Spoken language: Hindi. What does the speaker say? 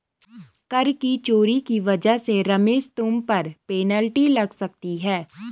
कर की चोरी की वजह से रमेश तुम पर पेनल्टी लग सकती है